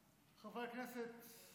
חברי הכנסת,